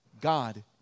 God